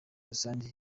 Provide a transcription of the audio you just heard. rusange